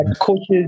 coaches